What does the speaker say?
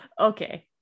Okay